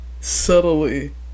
subtly